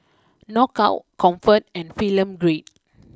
Knockout Comfort and Film Grade